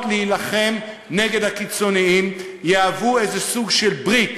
להילחם נגד הקיצונים יהוו איזשהו סוג של ברית,